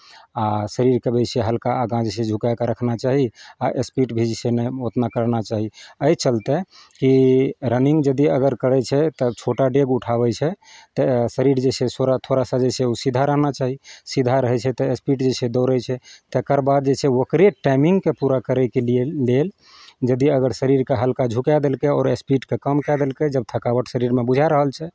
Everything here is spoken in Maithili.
आ शरीरके भी छै हलका आगाँ जे छै झुकाय कऽ रखना चाही आ स्पीड भी जे छै ने उतना करना चाही एहि चलते कि रनिंग यदि अगर करै छै तब छोटा डेग उठाबैत छै तऽ शरीर जे छै सोड़ा थोड़ा सा जे छै ओ सीधा रहना चाही सीधा रहै छै तऽ स्पीड जे छै दौड़ै छै तकर बाद जे छै ओकरे टाइमिंगकेँ पूरा करयके लिए लेल यदि अगर शरीरकेँ हलका झुकाए देलकै आओर स्पीडकेँ कम कए देलकै जब थकावट शरीरमे बुझा रहल छै